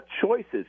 choices